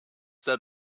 that